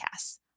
Podcasts